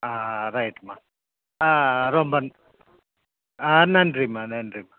ஆ ரைட்டும்மா ஆ ரொம்ப ஆ நன்றிம்மா நன்றிம்மா